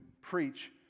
preach